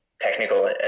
technical